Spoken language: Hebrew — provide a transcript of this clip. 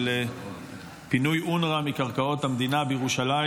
פינוי אונר"א מקרקעות המדינה בירושלים.